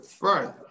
Right